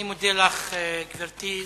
אני מודה לך, גברתי.